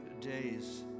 days